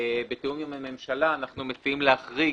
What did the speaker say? בתיאום עם הממשלה אנחנו מציעים להחריג